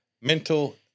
mental